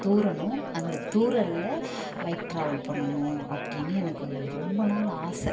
தூறணும் அந்த தூறல்ல bike travel பண்ணணும் அப்படின்னு எனக்கு ரொம்ப நாள் ஆசை